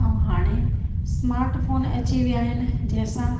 ऐं हाणे व स्मार्ट फ़ोन अची विया आहिनि जंहिं सां